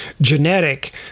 genetic